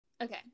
okay